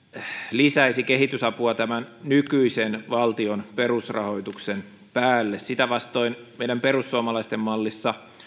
lisäisi kehitysapua tämän nykyisen valtion perusrahoituksen päälle sitä vastoin meidän perussuomalaisten mallissa